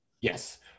Yes